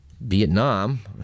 Vietnam